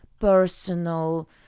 personal